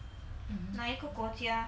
哪一个国家